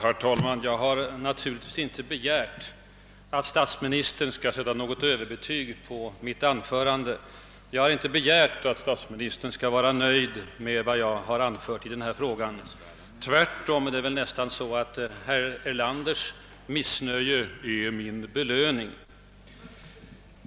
Herr talman! Jag har naturligtvis inte begärt att statsministern skall sätta överbetyg på mitt anförande och inte heller att han skall vara nöjd med vad jag anfört. Tvärtom är det nästan så att herr Erlanders »missnöje är min belöning».